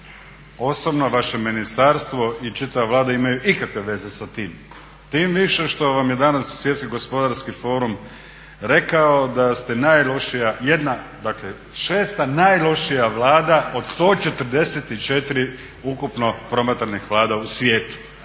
osobno, vaše ministarstvo i čitava Vlada imaju ikakve veze sa tim tim više što vam je danas Svjetski gospodarski forum rekao da ste najlošija, jedna, dakle šesta najlošija Vlada od 144 ukupno promatranih vlada u svijetu.